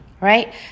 right